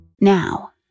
Now